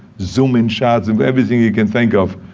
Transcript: zoom-in shots, and everything you can think of.